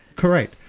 correct.